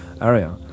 area